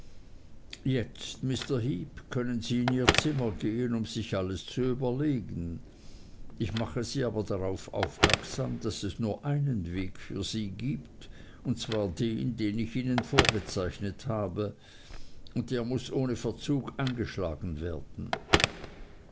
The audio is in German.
jetzt mr heep können sie in ihr zimmer gehen um sich alles zu überlegen ich mache sie aber darauf aufmerksam daß es nur einen weg für sie gibt und zwar den den ich ihnen vorgezeichnet habe und der muß ohne verzug eingeschlagen werden